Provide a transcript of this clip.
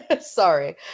sorry